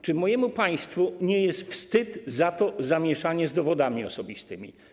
Czy mojemu państwu nie jest wstyd za to zamieszanie z dowodami osobistymi?